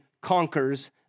conquers